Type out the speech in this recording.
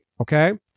okay